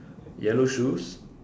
yellow shoes